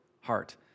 heart